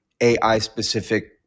AI-specific